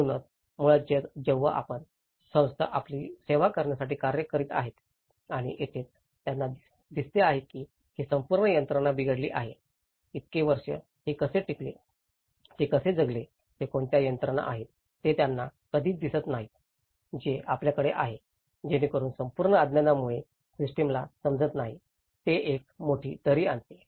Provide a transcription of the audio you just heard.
म्हणूनच मुळात जेव्हा आपण संस्था आपली सेवा करण्यासाठी कार्य करीत आहे आणि तेथेच त्यांना दिसते आहे की ही संपूर्ण यंत्रणा बिघडली आहे इतके वर्ष हे कसे टिकले ते कसे जगले ते कोणत्या यंत्रणा आहेत हे त्यांना कधीच दिसत नाही जे त्यांच्याकडे आहे जेणेकरून संपूर्ण अज्ञानामुळे सिस्टमला समजत नाही जे एक मोठी दरी आणते